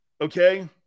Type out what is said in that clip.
Okay